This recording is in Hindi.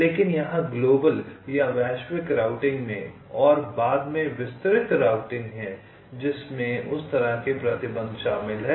लेकिन यहां ग्लोबल रूटिंग और बाद में विस्तृत रूटिंग है जिसमें उस तरह के प्रतिबंध शामिल हैं